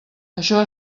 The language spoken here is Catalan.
això